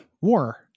war